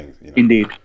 Indeed